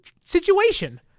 situation